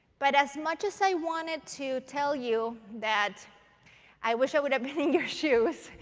but as much as i wanted to tell you that i wish i would have been in your shoes,